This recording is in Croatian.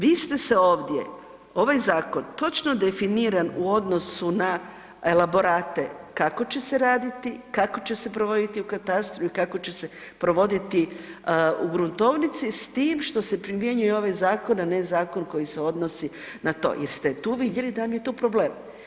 Vi ste se ovdje, ovaj zakon točno definiran u odnosu na elaborate kako će se raditi, kako će se provoditi u katastru i kako će se provoditi u gruntovnici s tim što se primjenjuje ovaj zakon, a ne zakon koji se odnosi na to jer ste tu vidjeli da vam je to problem.